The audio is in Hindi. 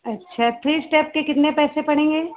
अच्छा थ्री स्टेप के कितने पैसे पड़ेंगे